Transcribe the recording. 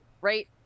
right